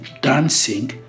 dancing